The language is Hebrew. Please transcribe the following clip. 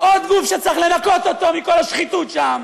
עוד גוף שצריך לנקות אותו מכל השחיתות שם,